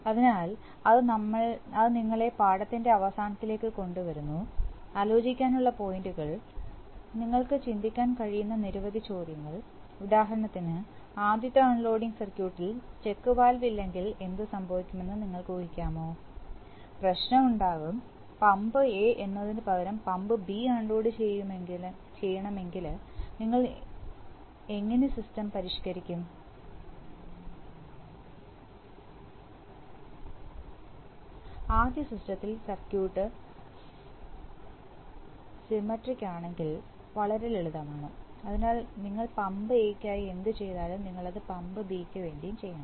അതിനാൽ അത് നിങ്ങളെ പാഠത്തിന്റെ അവസാനത്തിലേക്ക് കൊണ്ടുവരുന്നു ആലോചിക്കാൻഉള്ള പോയിന്റുകൾ നിങ്ങൾക്ക് ചിന്തിക്കാൻ കഴിയുന്ന നിരവധി ചോദ്യങ്ങൾ ഉദാഹരണത്തിന് ആദ്യത്തെ അൺലോഡിംഗ് സർക്യൂട്ടിൽ ചെക്ക് വാൽവ് ഇല്ലെങ്കിൽ എന്ത് സംഭവിക്കുമെന്ന് നിങ്ങൾക്ക് ഉഹിക്കാമോ പ്രശ്നം ഉണ്ടാകും പമ്പ് എ എന്നതിനുപകരം പമ്പ് ബി അൺലോഡുചെയ്യണമെങ്കിൽ എങ്ങനെ നിങ്ങൾ സിസ്റ്റം പരിഷ്ക്കരിക്കും ആദ്യ സിസ്റ്റത്തിൽ സർക്യൂട്ട് സമെട്രിക്ലിആണെങ്കിൽ വളരെ ലളിതമാണ് അതിനാൽ നിങ്ങൾ പമ്പ് എയ്ക്കായി എന്തുചെയ്താലും അത് നിങ്ങൾ പമ്പ് ബി ക്ക് വേണ്ടിയും ചെയ്യണം